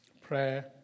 Prayer